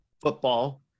football